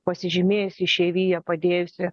pasižymėjusi išeivija padėjusi